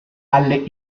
alle